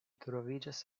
troviĝas